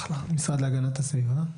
אחלה, המשרד להגנת הסביבה?